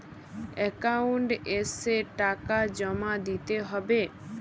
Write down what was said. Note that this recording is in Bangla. একাউন্ট এসে টাকা জমা দিতে হবে?